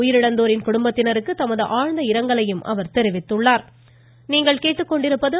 உயிரிழந்தவர்களின் குடும்பத்தினருக்கு தமது ஆழ்ந்த இரங்கலையும் அவர் தெரிவித்துக் கொண்டுள்ளார்